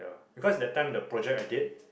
because that time the project I did